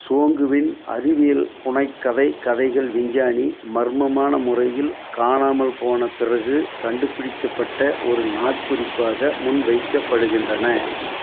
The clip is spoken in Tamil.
சோங்குவின் அறிவியல் புனைகதைக் கதைகள் விஞ்ஞானி மர்மமான முறையில் காணாமல் போன பிறகு கண்டுபிடிக்கப்பட்ட ஒரு நாட்குறிப்பாக முன்வைக்கப்படுகின்றன